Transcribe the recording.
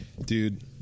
Dude